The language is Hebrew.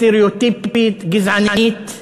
סטריאוטיפית וגזענית,